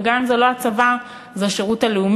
וגם אם זה לא הצבא זה השירות הלאומי,